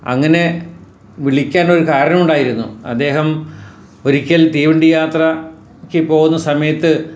അങ്ങനെ വിളിക്കാൻ ഒരു കാരണമുണ്ടായിരുന്നു അദ്ദേഹം ഒരിക്കല് തീവണ്ടിയാത്രയ്ക്ക് പോകുന്ന സമയത്